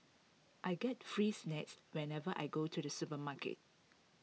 I get free snacks whenever I go to the supermarket